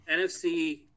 NFC